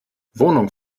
wohnung